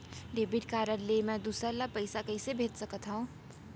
Debit card ले मैं दूसर ला पइसा कइसे भेज सकत हओं?